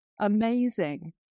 Amazing